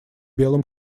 белом